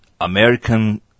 American